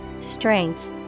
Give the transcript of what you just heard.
strength